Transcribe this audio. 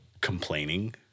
complaining